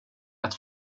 att